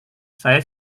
saya